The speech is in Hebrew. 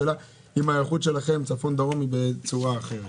השאלה אם ההיערכות שלכם צפון-דרום היא בצורה אחרת